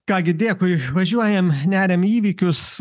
ką gi dėkui važiuojam neriam į įvykius